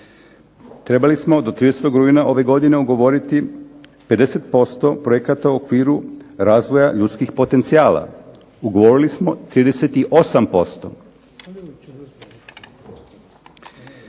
Trebali smo do 30. rujna ove godine ugovoriti 50% projekata u okviru razvoja ljudskih potencijala. Ugovorili smo 38%.